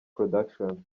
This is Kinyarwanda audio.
production